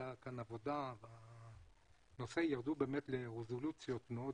נעשתה כאן עבודה וירדו לרזולוציות מאוד